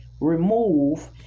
Remove